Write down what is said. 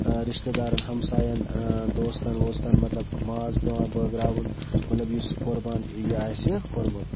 رِشتہٕ دارَن ہَمسایَن دوستَن ووستَن مطلب ماز پٮ۪وان بٲگراوُن مطلب یُس قۄربان یہِ آسہِ کوٚرمُت